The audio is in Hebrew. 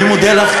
אני מודה לך,